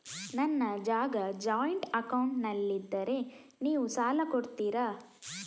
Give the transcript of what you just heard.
ನನ್ನ ಜಾಗ ಜಾಯಿಂಟ್ ಅಕೌಂಟ್ನಲ್ಲಿದ್ದರೆ ನೀವು ಸಾಲ ಕೊಡ್ತೀರಾ?